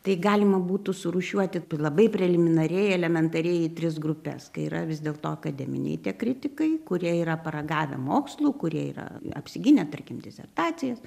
tai galima būtų surūšiuoti labai preliminariai elementariai į tris grupes kai yra vis dėlto akademiniai tie kritikai kurie yra paragavę mokslų kurie yra apsigynę tarkim disertacijas